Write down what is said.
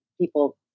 people